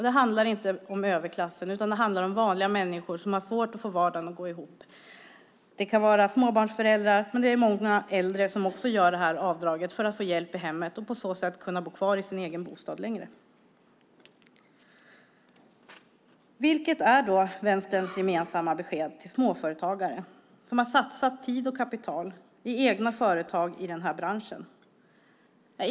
Det handlar inte om överklassen utan om vanliga människor som har svårt att få vardagen att gå ihop. Det kan vara småbarnsföräldrar, men också många äldre använder avdraget för att få hjälp i hemmet och på så sätt kunna bo kvar i sin egen bostad längre. Vad är då Vänsterns gemensamma besked till småföretagare som har satsat tid och kapital i egna företag i branschen?